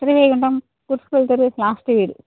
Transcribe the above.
திருவைகுண்டம் தெரு லாஸ்ட்டு வீடு